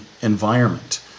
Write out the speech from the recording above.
environment